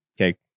okay